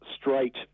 straight